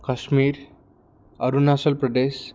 Kashmir Arunachal Pradesh